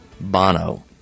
Bono